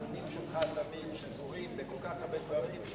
הנאומים שלך תמיד שזורים בכל כך הרבה דברים,